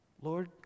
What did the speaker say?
Lord